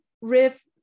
riff